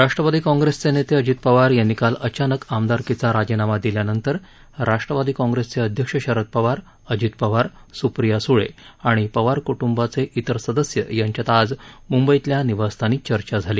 राष्ट्रवादी काँग्रेसचे नेते अजित पवार यांनी काल अचानक आमदारकीचा राजीनामा दिल्यानंतर राष्ट्रवादी काँग्रेसचे अध्यक्ष शरद पवार अजित पवार सुप्रिया सुळे आणि पवार कृट्ंबाचे इतर सदस्य यांच्यात आज मुंबईतल्या निवासस्थानी चर्चा झाली